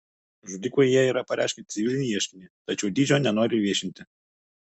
žudikui jie yra pareiškę civilinį ieškinį tačiau dydžio nenori viešinti